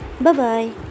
Bye-bye